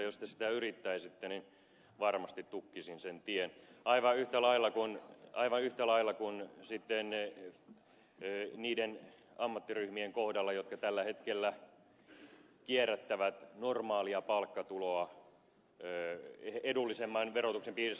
jos te sitä yrittäisitte niin varmasti tukkisin sen tien aivan yhtä lailla kuin sitten niiden ammattiryhmien kohdalla jotka tällä hetkellä kierrättävät normaalia palkkatuloa edullisemman verotuksen piirissä